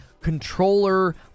controller